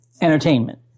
entertainment